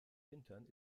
wintern